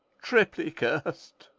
triply cursed!